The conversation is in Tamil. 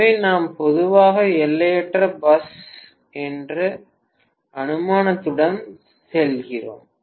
எனவே நாம் பொதுவாக எல்லையற்ற பஸ் என்ற அனுமானத்துடன் செல்கிறோம்